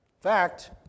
fact